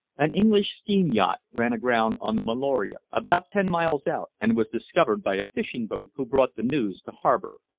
an english steam yacht ran aground on the meloria about ten miles out, and was discovered by a fishing-boat who brought the news to harbor.